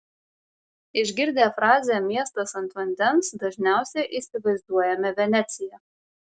išgirdę frazę miestas ant vandens dažniausiai įsivaizduojame veneciją